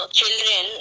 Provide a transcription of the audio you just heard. children